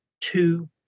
two